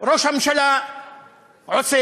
ראש הממשלה עושה?